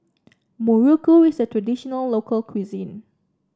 muruku is a traditional local cuisine